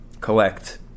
collect